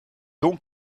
donc